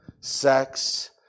sex